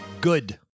Good